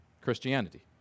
Christianity